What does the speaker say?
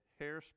hairspray